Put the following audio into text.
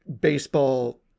baseball